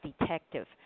Detective